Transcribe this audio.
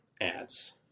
ads